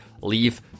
leave